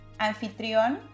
anfitrión